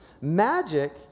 Magic